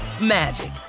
magic